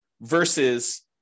versus